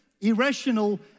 irrational